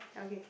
okay